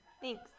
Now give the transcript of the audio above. Thanks